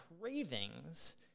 cravings